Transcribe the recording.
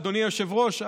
אדוני היושב-ראש,